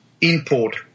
import